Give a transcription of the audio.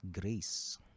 grace